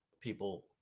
people